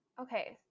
Okay